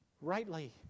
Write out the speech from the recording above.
Rightly